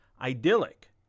idyllic